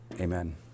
Amen